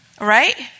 right